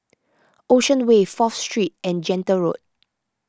Ocean Way Fourth Street and Gentle Road